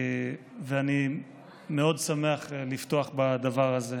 אני מאוד שמח לפתוח בדבר הזה.